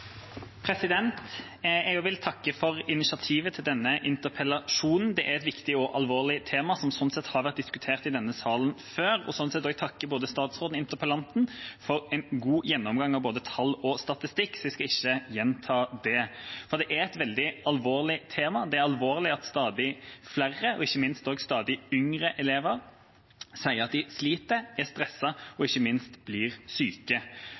Jeg vil også takke for initiativet til denne interpellasjonen. Det er et viktig og alvorlig tema, som har vært diskutert i denne salen før. Jeg vil også takke både statsråden og interpellanten for en god gjennomgang av både tall og statistikk, så jeg skal ikke gjenta det. Det er et veldig alvorlig tema, det er alvorlig at stadig flere og ikke minst også stadig yngre elever sier at de sliter, er stresset og ikke minst blir syke.